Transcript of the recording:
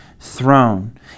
throne